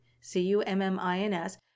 C-U-M-M-I-N-S